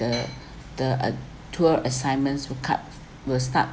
the the uh tour assignments will cut will start